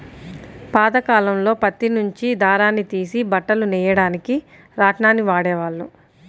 పాతకాలంలో పత్తి నుంచి దారాన్ని తీసి బట్టలు నెయ్యడానికి రాట్నాన్ని వాడేవాళ్ళు